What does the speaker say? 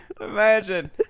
Imagine